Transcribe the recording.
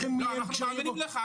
לא מעניין אותי.